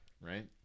right